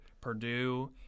Purdue